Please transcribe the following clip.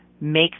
make